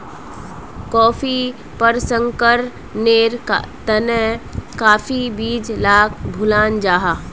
कॉफ़ीर प्रशंकरनेर तने काफिर बीज लाक भुनाल जाहा